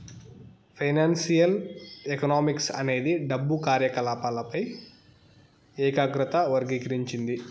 financial economics అనేది డబ్బు కార్యకాలపాలపై ఏకాగ్రత వర్గీకరించింది